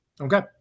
Okay